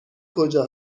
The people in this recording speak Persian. کجا